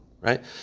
right